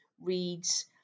reads